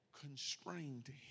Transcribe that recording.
Constrained